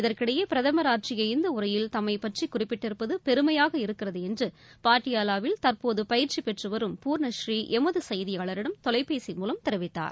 இதற்கிடையே பிரதமர் ஆற்றிய இந்த உரையில் தம்மைப் பற்றி குறிப்பிட்டிருப்பது பெருமையாக இருக்கிறது என்றுபாட்டியாலாவில் தற்போது பயிற்சி பெற்று வரும் பூர்ணபூரீ எமது செய்தியாளரிடம் தொலைபேசி மூலம் தெரிவித்தார்